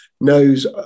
knows